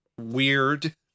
weird